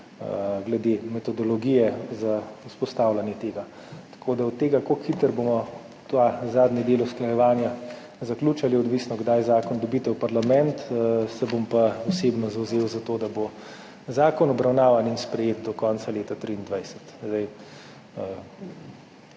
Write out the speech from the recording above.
glede metodologije za vzpostavljanje le-tega. Od tega, kako hitro bomo ta zadnji del usklajevanja zaključili, je odvisno, kdaj zakon dobite v parlament. Se bom pa osebno zavzel za to, da bo zakon obravnavan in sprejet do konca leta 2023.